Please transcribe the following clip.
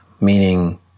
meaning